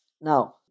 Now